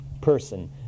person